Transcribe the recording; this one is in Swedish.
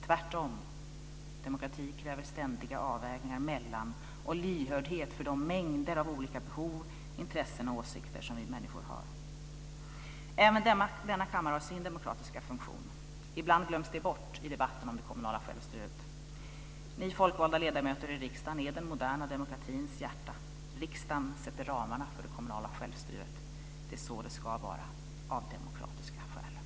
Tvärtom kräver demokrati ständiga avvägningar mellan, och lyhördhet för, de mängder av olika behov, intressen och åsikter som vi människor har. Även denna kammare har sin demokratiska funktion. Ibland glöms det bort i debatten om det kommunala självstyret. Ni folkvalda ledamöter i riksdagen är den moderna demokratins hjärta. Riksdagen sätter ramarna för det kommunala självstyret. Det är så det ska vara av demokratiska skäl. Tack för ordet!